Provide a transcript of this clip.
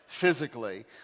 physically